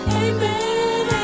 amen